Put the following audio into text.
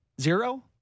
Zero